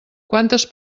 quantes